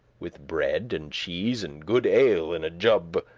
with bread and cheese, and good ale in a jub,